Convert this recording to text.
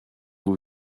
vous